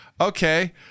okay